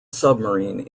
submarine